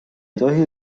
tohi